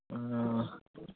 ᱚ